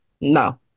No